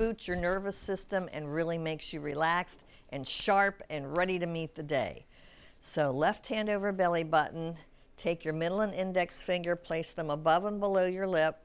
reboot your nervous system and really make she relaxed and sharp and ready to meet the day so left hand over belly button take your middle an index finger place them above and below your lip